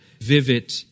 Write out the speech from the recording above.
vivid